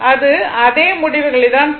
அது அதே முடிவுகளை தான் தரும்